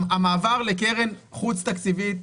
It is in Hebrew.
המעבר לקרן חוץ תקציבית,